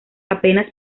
apenas